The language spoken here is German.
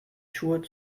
schuhe